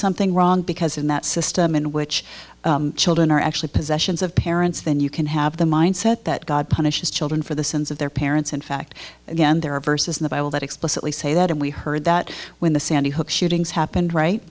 something wrong because in that system in which children are actually possessions of parents then you can have the mindset that god punishes children for the sins of their parents in fact again there are verses in the bible that explicitly say that and we heard that when the sandy hook shootings happened right